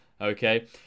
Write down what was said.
okay